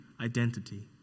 identity